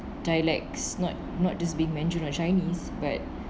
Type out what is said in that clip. dialects not not just being mandarin or chinese but